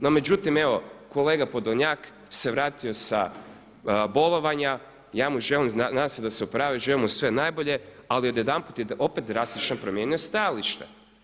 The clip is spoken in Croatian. No međutim, evo kolega Podolnjak se vratio sa bolovanja i ja mu želim, nadam se da se oporavio, želim mu sve najbolje ali odjedanput je opet drastično promijenio stajalište.